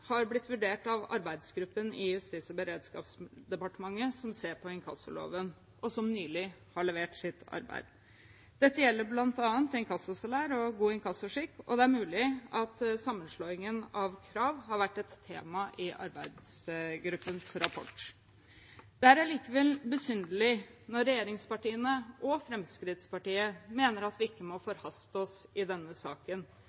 har blitt vurdert av arbeidsgruppen i Justis- og beredskapsdepartementet som ser på inkassoloven og som nylig har levert sitt arbeid. Dette gjelder bl.a. inkassosalær og god inkassoskikk, og det er mulig at sammenslåingen av krav har vært et tema i arbeidsgruppens rapport. Det er likevel besynderlig når regjeringspartiene og Fremskrittspartiet mener at vi ikke må